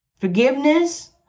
forgiveness